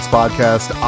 podcast